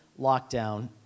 lockdown